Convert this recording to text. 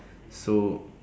so